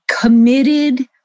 committed